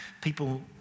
people